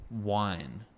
wine